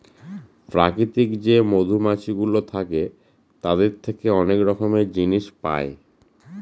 প্রাকৃতিক যে মধুমাছিগুলো থাকে তাদের থেকে অনেক রকমের জিনিস পায়